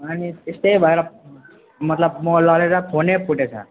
अनि त्यस्तै भएर मतलब म लडेर फोनै फुटेछ